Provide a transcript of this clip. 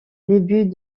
début